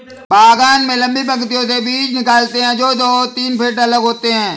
बागान में लंबी पंक्तियों से बीज निकालते है, जो दो तीन फीट अलग होते हैं